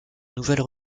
nouvelles